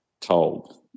told